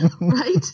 right